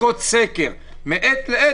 בדיקות סקר מעת לעת,